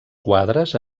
quadres